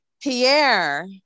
Pierre